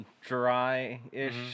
dry-ish